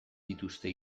dituzte